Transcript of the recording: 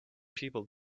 people